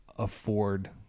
afford